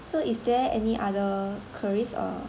so is there any other queries or